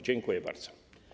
Dziękuję bardzo.